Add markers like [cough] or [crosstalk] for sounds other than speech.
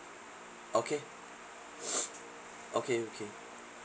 okay [noise] okay okay